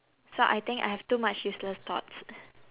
so I think I have too much useless thoughts